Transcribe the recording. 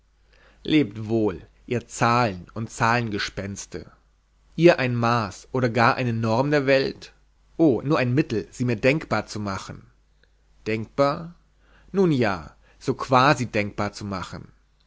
lebt wohl ihr zahlen und zahlengespenste ihr ein maß oder gar eine norm der welt o nur ein mittel mir sie denkbar zu machen denkbar nun ja so quasi denkbar zu machen